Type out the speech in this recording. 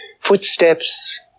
footsteps